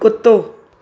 कुतो